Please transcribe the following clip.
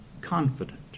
confident